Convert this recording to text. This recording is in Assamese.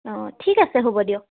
অ' ঠিক আছে হ'ব দিয়ক